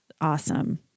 Awesome